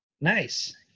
Nice